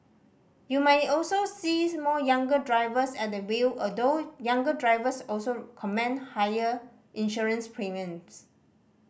you might also see more younger drivers at the wheel although younger drivers also command higher insurance premiums